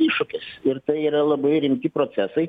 iššūkis ir tai yra labai rimti procesai